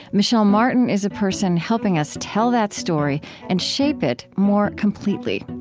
michel martin is a person helping us tell that story and shape it more completely.